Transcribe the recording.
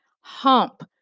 hump